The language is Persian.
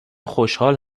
خوشحال